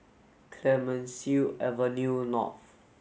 Clemenceau Avenue North